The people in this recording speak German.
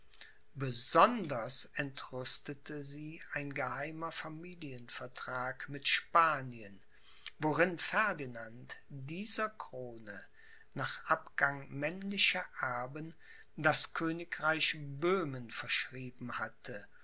besonders entrüstete sie ein geheimer familienvertrag mit spanien worin ferdinand dieser krone nach abgang männlicher erben das königreich böhmen verschrieben hatte